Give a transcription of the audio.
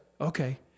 okay